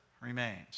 remains